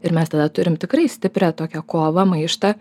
ir mes tada turim tikrai stiprią tokią kovą maištą